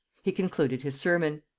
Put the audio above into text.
he concluded his sermon.